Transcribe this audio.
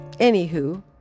anywho